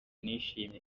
nishimye